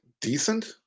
decent